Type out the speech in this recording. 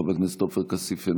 חבר הכנסת עופר כסיף,